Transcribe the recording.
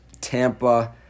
Tampa